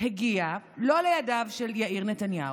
הגיע לא לידיו של יאיר נתניהו,